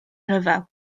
rhyfel